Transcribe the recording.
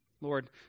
Lord